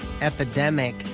epidemic